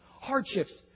hardships